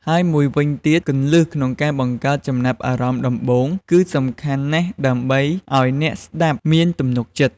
ហើយមួយវិញទៀតគន្លឹះក្នុងការបង្កើតចំណាប់អារម្មណ៍ដំបូងគឺសំខាន់ណាស់ដើម្បីឲ្យអ្នកស្ដាប់មានទំនុកចិត្ត។